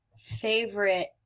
Favorite